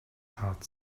heart